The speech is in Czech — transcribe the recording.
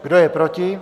Kdo je proti?